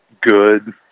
good